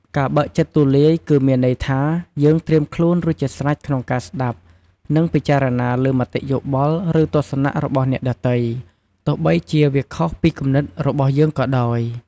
ការបើកចិត្តទូលាយ គឺមានន័យថា យើងត្រៀមខ្លួនរួចជាស្រេចក្នុងការស្តាប់ និងពិចារណាលើមតិយោបល់ ឬទស្សនៈរបស់អ្នកដទៃ ទោះបីជាវាខុសពីគំនិតរបស់យើងក៏ដោយ។